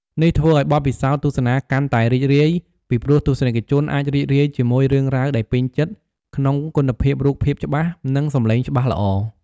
នេះធ្វើឲ្យបទពិសោធន៍ទស្សនាកាន់តែរីករាយ ពីព្រោះទស្សនិកជនអាចរីករាយជាមួយរឿងរ៉ាវដែលពេញចិត្ត ក្នុងគុណភាពរូបភាពច្បាស់ និងសំឡេងច្បាស់ល្អ ។